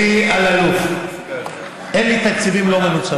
אלי אלאלוף, אין לי תקציבים לא מנוצלים.